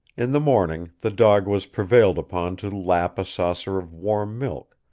in the morning the dog was prevailed upon to lap a saucer of warm milk,